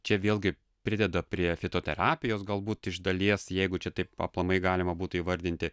čia vėlgi prideda prie fitoterapijos galbūt iš dalies jeigu čia taip aplamai galima būtų įvardinti